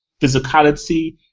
physicality